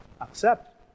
accept